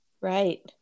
Right